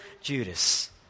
Judas